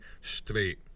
straight